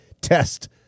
test